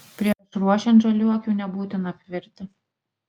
prieš ruošiant žaliuokių nebūtina apvirti